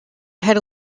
had